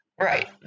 Right